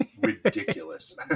ridiculous